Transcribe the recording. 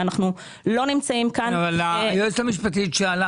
שאנחנו לא נמצאים כאן --- אבל היועצת המשפטית שאלה,